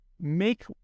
Make